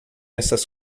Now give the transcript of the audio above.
essas